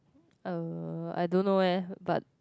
uh I don't know leh but